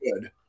good